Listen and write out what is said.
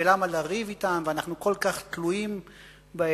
ולמה לריב אתם ואנחנו כל כך תלויים בהם.